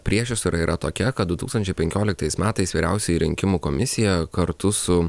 priešistorė yra tokia kad du tūkstančiai penkioliktais metais vyriausioji rinkimų komisija kartu su